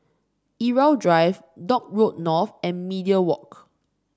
Irau Drive Dock Road North and Media Walk